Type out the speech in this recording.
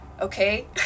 Okay